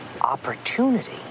Opportunity